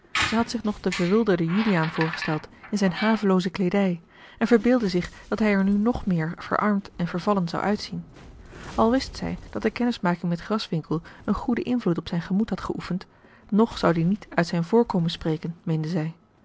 zij had zich nog den verwilderden juliaan voorgesteld in zijne havelooze kleedij en verbeeldde zich dat hij er nu nog meer verarmd en vervallen zou uitzien al wist zij dat de kennismaking met graswinckel een goeden invloed op zijn gemoed had geoefend nog zou die niet uit zijn voorkomen spreken meende zij